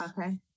Okay